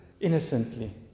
innocently